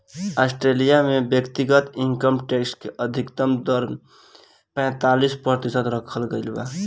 Australia में व्यक्तिगत income tax के अधिकतम दर पैतालीस प्रतिशत रखल गईल बा